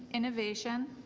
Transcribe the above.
innovation